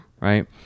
Right